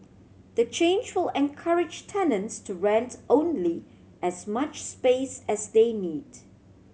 the change will encourage tenants to rents only as much space as they need